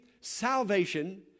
salvation